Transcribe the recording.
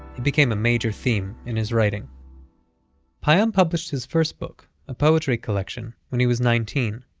it became a major theme in his writing payam published his first book, a poetry collection, when he was nineteen.